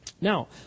Now